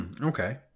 okay